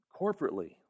corporately